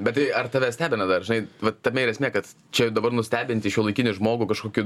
bet tai ar tave stebina dar žnai va tame ir esmė kad čia dabar nustebinti šiuolaikinį žmogų kažkokiu